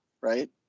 right